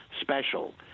special